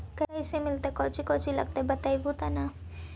कैसे मिलतय कौची कौची लगतय बतैबहू तो न?